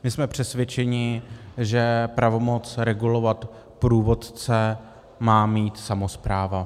My jsme přesvědčeni, že pravomoc regulovat průvodce má mít samospráva.